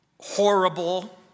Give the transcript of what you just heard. horrible